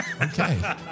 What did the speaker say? Okay